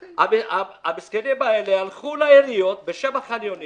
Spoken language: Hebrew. המסכנים האלה הלכו לעיריות בשם החניונים